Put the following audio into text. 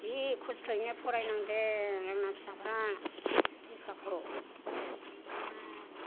जि खस्थयैनो फरारनादों आंना फिसाफ्रा लेखाखौ